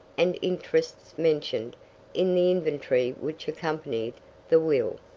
and interests mentioned in the inventory which accompanied the will.